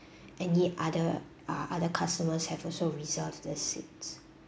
any other uh other customers have also reserve the seats